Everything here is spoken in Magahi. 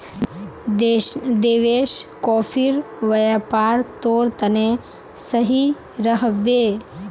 देवेश, कॉफीर व्यापार तोर तने सही रह बे